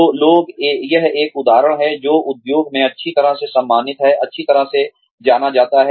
तो लोग यह एक उदाहरण है जो उद्योग में अच्छी तरह से सम्मानित है अच्छी तरह से जाना जाता है